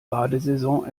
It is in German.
badesaison